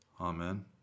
Amen